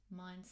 mindset